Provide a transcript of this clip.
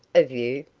of you?